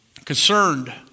concerned